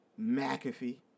McAfee